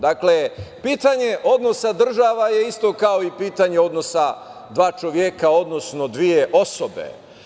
Dakle, pitanje odnosa država je isto kao i pitanje odnosa dva čoveka, odnosno dve osobe.